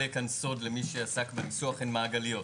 כאן סוד למי שעסק בניסוח הן מעגליות.